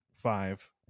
Five